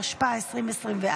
התשפ"ה 2024,